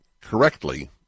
correctly